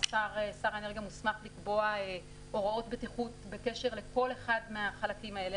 שר האנרגיה מוסמך לקבוע הוראות בטיחות בקשר לכל אחד מהחלקים האלה